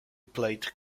played